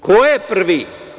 Ko je prvi?